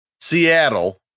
Seattle